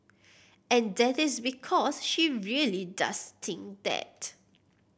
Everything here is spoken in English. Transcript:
and that is because she really does think that